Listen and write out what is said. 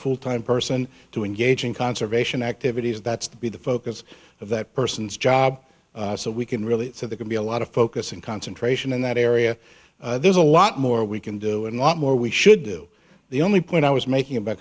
full time person to engage in conservation activities that's the be the focus of that person's job so we can really so they can be a lot of focus and concentration in that area there's a lot more we can do and a lot more we should do the only point i was making about